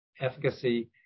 efficacy